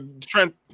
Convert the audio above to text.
Trent